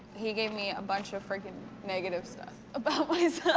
he gave me a bunch of frickin' negative stuff about